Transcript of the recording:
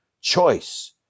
choice